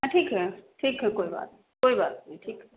हाँ ठीक है ठीक है कोई बात कोई बात नहीं ठीक है